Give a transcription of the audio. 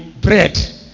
bread